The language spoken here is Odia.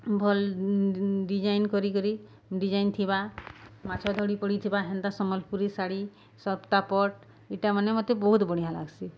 ଭଲ୍ ଡିଜାଇନ୍ କରିକରି ଡିଜାଇନ୍ ଥିବା ମାଛ ଧଡ଼ି ପଡ଼ିଥିବା ହେନ୍ତା ସମ୍ବଲପୁରୀ ଶାଢ଼ୀ ସପ୍ତାପଟ୍ ଇଟାମାନେ ମତେ ବହୁତ୍ ବଢ଼ିଆଁ ଲାଗ୍ସି